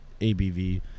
ABV